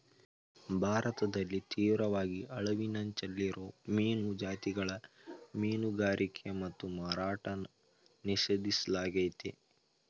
ಭಾರತದಲ್ಲಿ ತೀವ್ರವಾಗಿ ಅಳಿವಿನಂಚಲ್ಲಿರೋ ಮೀನು ಜಾತಿಗಳ ಮೀನುಗಾರಿಕೆ ಮತ್ತು ಮಾರಾಟನ ನಿಷೇಧಿಸ್ಲಾಗಯ್ತೆ